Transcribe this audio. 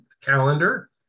calendar